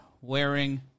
wearing